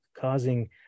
causing